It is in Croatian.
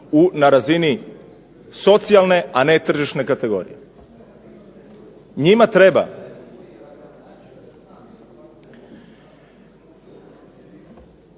na razini socijalne, a ne tržišne kategorije. Njima treba